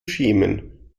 schämen